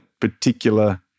particular